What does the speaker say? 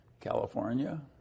California